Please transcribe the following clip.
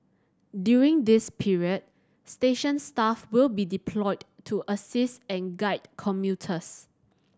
during this period station staff will be deployed to assist and guide commuters